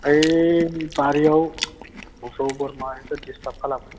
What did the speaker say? ऐ बारियाव मोसौ बोरमा एकदम डिस्टार्ब खालामो